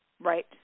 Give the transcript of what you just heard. Right